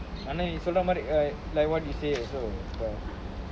ஆனா நீ சொல்ற மாரி:aanaa nee solra maari err like what you say also